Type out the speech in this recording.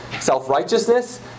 self-righteousness